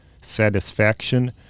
satisfaction